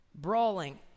brawling